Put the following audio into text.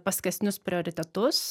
paskesnius prioritetus